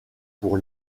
pour